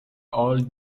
all